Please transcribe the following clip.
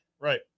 right